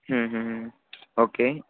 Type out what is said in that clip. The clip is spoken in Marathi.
हं हं हं ओके